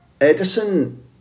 Edison